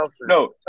No